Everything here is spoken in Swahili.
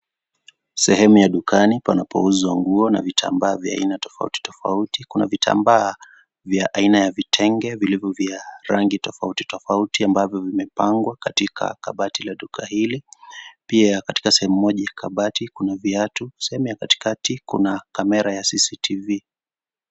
Sehemu ya dukani panapouzwa nguona vitambaa vya aina tofautitofauti. Kuna vitambaa vya vitenge vilivyo vya rangi tofautitofauti ambavyo vimepangwa katika kabati la duka hili.. Pia katika sehemu moja ya kabati kuna viatu. Sehemu ya katikati kuna kamera ya CCTV.